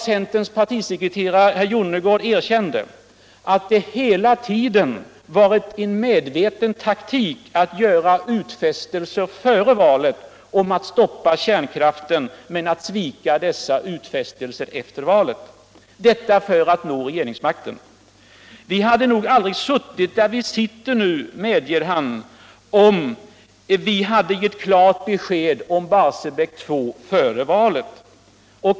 Centerns partisekreterare, herr Jonnergård, erkänner nu att det hela tiden varit en medveten taktik att göra utfästelser före valet om att stoppa kärnkraften men att svika dem efter valet — detta för att nå regeringsmakten. Vi hade nog aldrig suttit där vi sitter nu, medger han, om centern lämnat klart besked om Barsebäck 2 före valet.